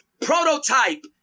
prototype